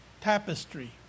tapestry